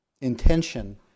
intention